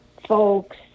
folks